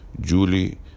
Julie